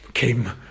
came